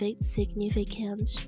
significant